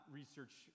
research